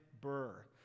Burr